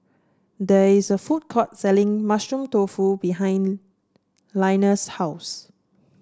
there is a food court selling Mushroom Tofu behind Linus' house